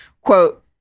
quote